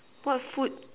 what food